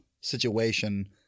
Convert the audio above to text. situation